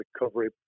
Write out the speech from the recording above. recovery